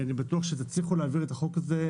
אני בטוח שתצליחו להעביר את החוק הזה,